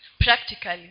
practically